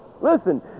Listen